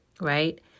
right